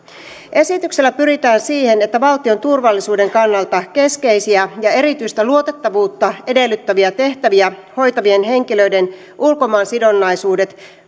esityksellä pyritään siihen että valtion turvallisuuden kannalta keskeisiä ja erityistä luotettavuutta edellyttäviä tehtäviä hoitavien henkilöiden ulkomaansidonnaisuudet